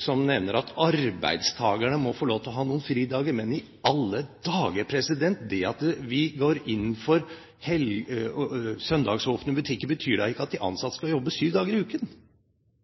som nevnte at arbeidstakerne må få lov til å ha noen fridager: Men i alle dager – at vi går inn for søndagsåpne butikker, betyr da ikke at de ansatte skal jobbe syv dager i uken.